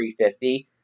350